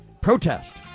protest